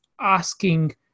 asking